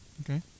okay